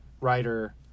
writer